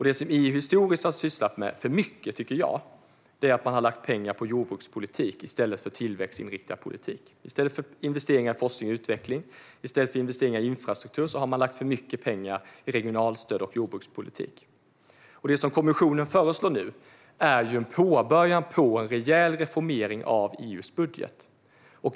Det som EU historiskt har sysslat för mycket med är att man har lagt pengar på jordbrukspolitik i stället för tillväxtinriktad politik. I stället för investeringar i forskning och utveckling, i stället för investeringar i infrastruktur, har man lagt för mycket pengar i regionalstöd och jordbrukspolitik. Det som kommissionen föreslår nu är en början till en rejäl reformering av EU:s budget.